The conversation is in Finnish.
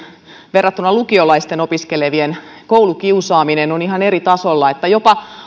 ja lukiolaisten koulukiusaaminen ovat ihan eri tasoilla jopa